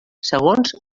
segons